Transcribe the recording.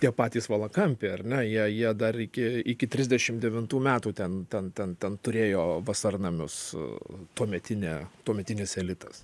tie patys valakampiai ar ne jei jie dar iki iki trisdešim devintų metų ten ten ten ten turėjo vasarnamius tuometine tuometinis elitas